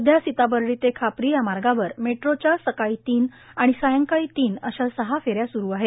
सध्या सीताबर्डी ते खापरी या मार्गावर मेट्रोच्या सकाळी तीन आणि सायंकाळी तीन अश्या सहा फेऱ्या सुरू आहेत